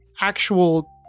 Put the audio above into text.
actual